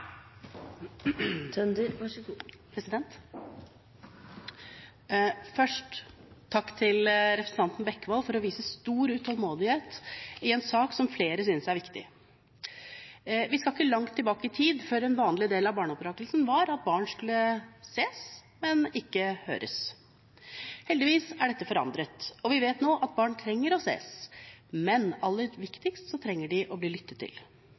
ikke er så store, vil det kanskje være mulig å tenke litt differensiert, avhengig av hvilken aldersgruppe vi tenker på, nettopp for å kunne møte det som er behovet til den enkelte ungen. Først takk til representanten Bekkevold for å vise stor utålmodighet i en sak som flere synes er viktig. Vi skal ikke langt tilbake i tid før en vanlig del av barneoppdragelsen var at barn skulle ses, men ikke høres. Heldigvis er dette forandret, og